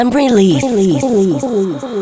release